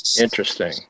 Interesting